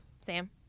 Sam